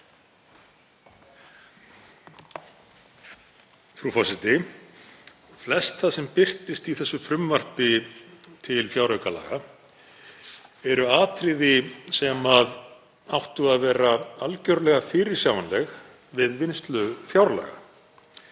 Frú forseti. Flest það sem birtist í þessu frumvarpi til fjáraukalaga eru atriði sem áttu að vera algjörlega fyrirsjáanleg við vinnslu fjárlaga.